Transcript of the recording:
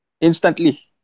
Instantly